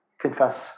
confess